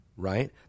Right